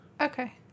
Okay